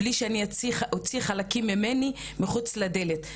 בלי שאני אוציא חלקים ממני מחוץ לדלת,